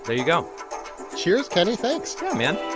but you go cheers, kenny. thanks yeah, man